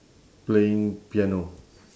playing piano